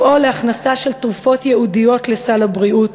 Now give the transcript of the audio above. לפעול להכנסה של תרופות ייעודיות לסל הבריאות.